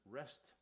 rest